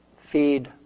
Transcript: feed